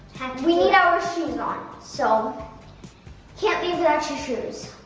we need our shoes on. so can't leave without your shoes.